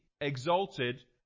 exalted